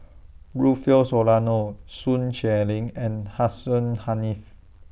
Rufill Soliano Sun Xueling and Hussein Haniff